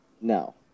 No